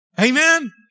Amen